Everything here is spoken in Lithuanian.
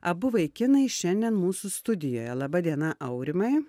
abu vaikinai šiandien mūsų studijoje laba diena aurimai